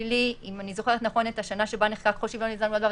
אם אני זוכרת נכון את השנה שבה נחקק חוק שוויון הזדמנויות בעבודה,